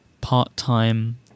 part-time